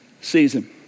season